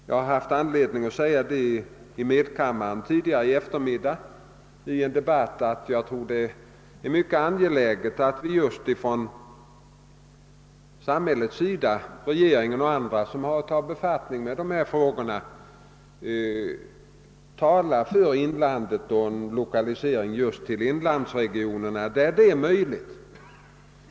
Jag hade tillfälle att under en debatt i medkammaren tidigare i eftermiddag säga, att det är angeläget att samhället -— vi inom regeringen och andra som har att ta befattning med dessa frågor -— talar för en lokalisering just till inlandsregionerna, där så är möjligt.